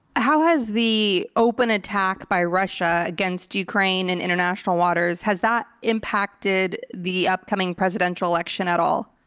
how has the open attack by russia against ukraine in international waters, has that impacted the upcoming presidential election at all?